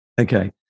Okay